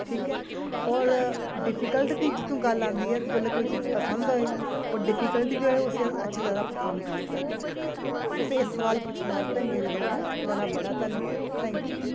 ठीक ऐ होर डीफिकल्ट दी गल्ल आंदी ऐ जिसलेै कोई चीज पसंद होए होर डीफिकल्ट बी होए उस्सी अच्छी तरहां पसंद करी पाना तुसें सोआल पुच्छने आस्तै मेरे बल्लों बड़ा बड़ा धन्नवाद ऐ थैंक यू